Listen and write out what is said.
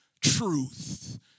truth